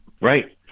Right